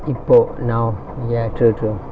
people now ya true true